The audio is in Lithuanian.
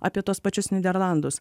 apie tuos pačius nyderlandus